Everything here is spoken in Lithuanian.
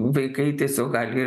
vaikai tiesiog gali